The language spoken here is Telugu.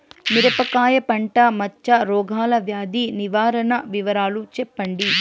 మిరపకాయ పంట మచ్చ రోగాల వ్యాధి నివారణ వివరాలు చెప్పండి?